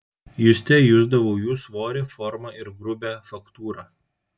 juste jusdavau jų svorį formą ir grubią faktūrą